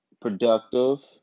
productive